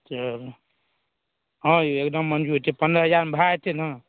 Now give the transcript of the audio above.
ओ हँ यौ एगदम मञ्जूर एत्ते पन्द्रह हजार मे भए जेतै ने